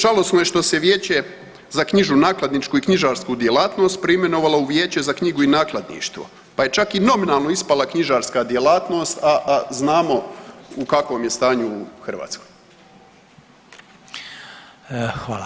Žalosno je što se vijeće za knjižnu, nakladničku i knjižarsku djelatnost preimenovalo u Vijeće za knjigu i nakladništvo, pa je čak i nominalno ispala knjižarska djelatnost, a znamo u kakvom je stanju u Hrvatskoj?